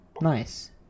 Nice